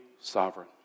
sovereign